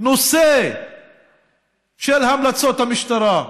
נושא להמלצות המשטרה.